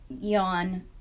Yawn